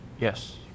Yes